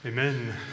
Amen